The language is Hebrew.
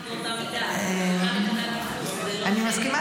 על כל המדינות באותה מידה --- אני מסכימה.